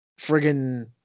friggin